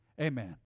Amen